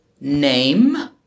name